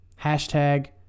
Hashtag